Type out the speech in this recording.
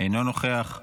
אינו נוכח.